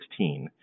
2016